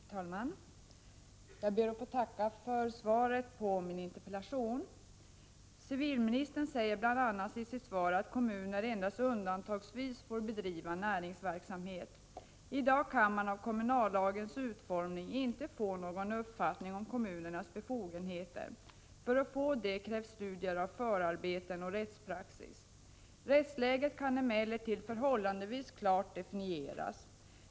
Herr talman! Jag ber att få tacka för svaret på min interpellation. Civilministern säger bl.a. i sitt svar att kommunerna endast undantagsvis får bedriva näringsverksamhet. I dag kan man av kommunallagens utformning inte få någon uppfattning om kommunernas befogenheter. För att få det krävs studier av förarbeten och rättspraxis. Rättsläget kan emellertid förhållandevis klart definieras.